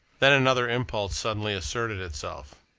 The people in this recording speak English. then another impulse suddenly asserted itself.